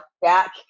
back